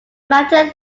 mountain